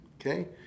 Okay